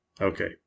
Okay